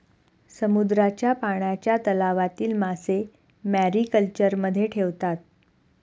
समुद्राच्या पाण्याच्या तलावातील मासे मॅरीकल्चरमध्ये ठेवतात